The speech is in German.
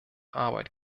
arbeit